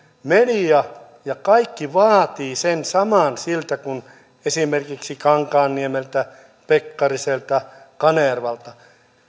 media ja kaikki vaativat sen saman siltä kuin esimerkiksi kankaanniemeltä pekkariselta kanervalta